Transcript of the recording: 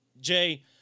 Jay